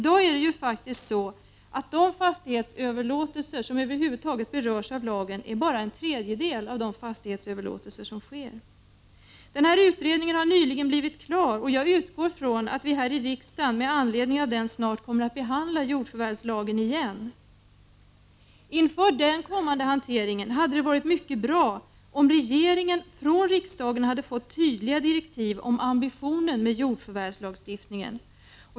De fastighetsöverlåtelser som i dag över huvud taget berörs av lagen omfattar bara en tredjedel av dem som sker. Utredningen har nyligen blivit klar, och jag utgår från att riksdagen med anledning av den snart kommer att behandla jordförvärvslagen igen. Inför den kommande hanteringen hade det varit mycket bra om regeringen från riksdagen fått tydliga direktiv om ambitionen med jordförvärvslagstiftningen.